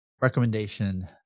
recommendation